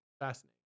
fascinating